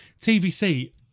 TVC